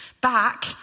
back